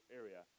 area